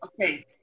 okay